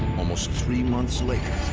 almost three months later,